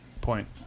point